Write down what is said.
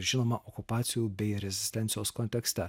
žinoma okupacijų bei rezistencijos kontekste